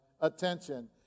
attention